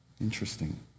Interesting